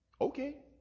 okay